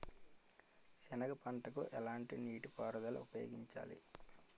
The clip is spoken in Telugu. సెనగ పంటకు ఎలాంటి నీటిపారుదల ఉపయోగించాలి?